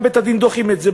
גם בבית-הדין דוחים את זה,